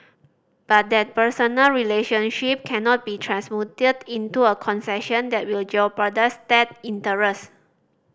but that personal relationship cannot be transmuted into a concession that will jeopardise state interest